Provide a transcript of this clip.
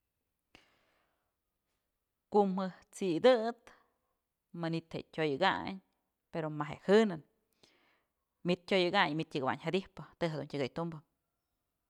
Ku'u jat'sidëp manytë je'e tyoyëkayn pero na'a je'e jënën myt tyoyëkayn my tyëkëwayn jadyjpë të jedun tyëkëy tumbë.